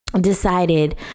Decided